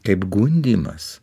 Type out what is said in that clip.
kaip gundymas